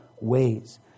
ways